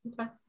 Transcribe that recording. okay